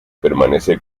permanece